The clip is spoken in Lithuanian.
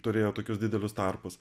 turėjo tokius didelius tarpus